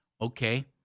okay